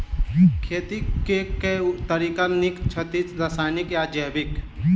खेती केँ के तरीका नीक छथि, रासायनिक या जैविक?